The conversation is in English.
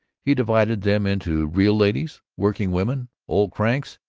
he divided them into real ladies, working women, old cranks,